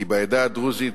כי בעדה הדרוזית,